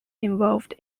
involved